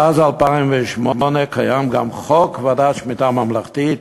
מאז 2008 קיים גם חוק ועדת שמיטה ממלכתית,